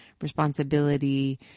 responsibility